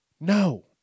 No